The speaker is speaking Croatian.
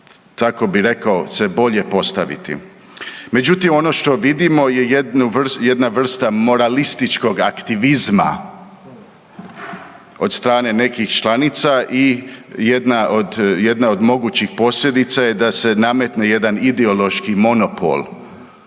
kako bih rekao se bolje postaviti. Međutim, ono što vidimo je jedna vrsta moralističkog aktivizma od strane nekih članica i jedna od mogućih posljedica je da se nametne jedan ideološki monopol,